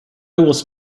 was